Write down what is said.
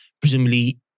Presumably